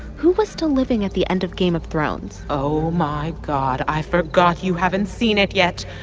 who was still living at the end of game of thrones? oh, my god. i forgot. you haven't seen it yet.